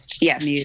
Yes